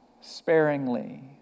sparingly